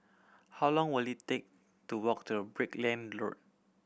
how long will it take to walk to Brickland Road